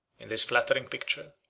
in this flattering picture,